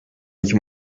iki